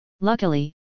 Luckily